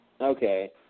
Okay